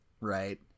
right